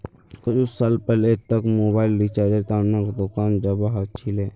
कुछु साल पहले तक मोबाइल रिचार्जेर त न दुकान जाबा ह छिले